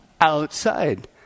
outside